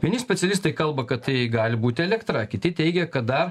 vieni specialistai kalba kad tai gali būti elektra kiti teigia kad dar